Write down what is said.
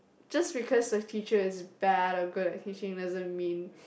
just because a teacher is bad or good at teaching doesn't mean